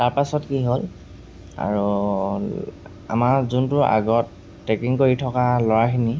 তাৰপাছত কি হ'ল আৰু আমাৰ যোনটো আগত ট্ৰেকিং কৰি থকা ল'ৰাখিনি